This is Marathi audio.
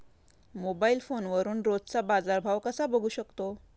मोबाइल फोनवरून रोजचा बाजारभाव कसा बघू शकतो?